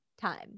time